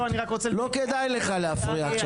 לא כדאי לך להפריע עכשיו.